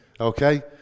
Okay